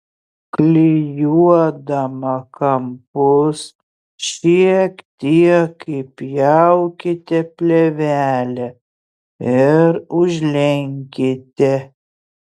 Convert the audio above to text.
klijuodama kampus šiek tiek įpjaukite plėvelę ir užlenkite